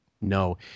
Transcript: No